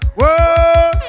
Whoa